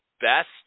Best